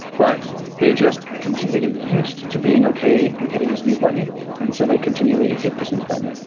but they just continue. they get used to being okay with hitting the snooze button and so, they continually hit the snooze button,